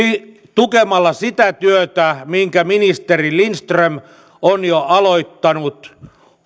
tukemalla sitä työtä minkä ministeri lindström on jo aloittanut